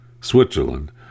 Switzerland